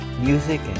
Music